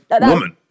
woman